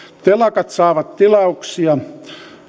telakat saavat tilauksia